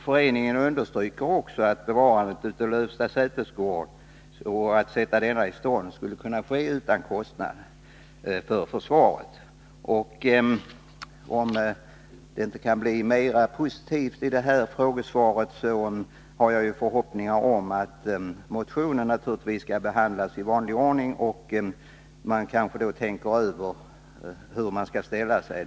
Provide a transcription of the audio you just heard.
Föreningen understryker också att bevarandet av Lövsta sätesgård och iståndsättandet av den skulle kunna ske utan kostnad för försvaret. Om jag inte kan få något mera positivt besked som svar på min fråga, har jag förhoppningar om att min motion skall behandlas i vanlig ordning och att man då tänker över hur man skall ställa sig.